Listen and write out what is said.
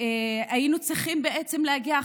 היינו צריכים להגיע,